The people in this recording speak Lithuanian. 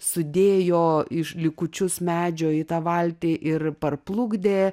sudėjo iš likučius medžio į tą valtį ir parplukdė